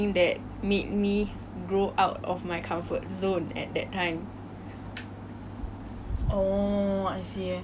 mm so recently 我 pick up 了 a few new instruments like the kalimba